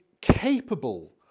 capable